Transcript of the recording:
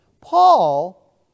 Paul